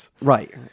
Right